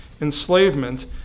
Enslavement